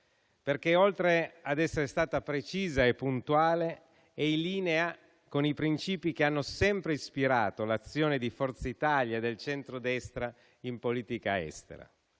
perché oltre a essere stata precisa e puntuale, è in linea con i principi che hanno sempre ispirato l'azione di Forza Italia e del centrodestra in politica estera.